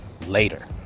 later